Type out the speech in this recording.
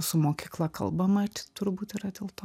su mokykla kalbama čia turbūt yra dėl to